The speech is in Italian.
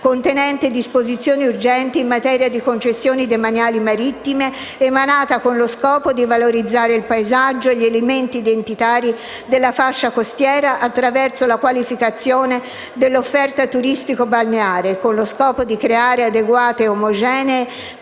contenente disposizioni urgenti in materia di concessioni demaniali marittime, emanata con lo scopo di valorizzare il paesaggio e gli elementi identitari della fascia costiera attraverso la qualificazione dell'offerta turistico - balneare con lo scopo di creare adeguate e omogenee